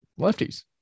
lefties